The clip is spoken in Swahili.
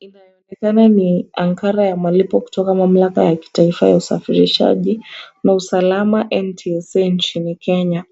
Inaonekana ni ankara ya malipo kutoka mamlaka ya kitaifa ya usafirishaji na usalama NTSA nchini Kenya,